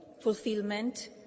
fulfillment